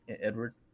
Edward